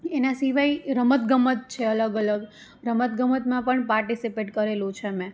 એના સિવાય રમતગમત છે અલગઅલગ રમતગમતમાં પણ પાર્ટીસિપેટ કરેલું છે મેં